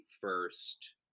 first